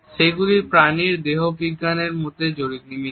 সেগুলি প্রাণীর দেহবিজ্ঞানের মধ্যে নিহিত